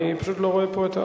אני פשוט לא רואה פה את,